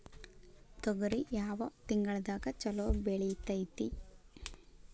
ತೊಗರಿ ಯಾವ ತಿಂಗಳದಾಗ ಛಲೋ ಬೆಳಿತೈತಿ?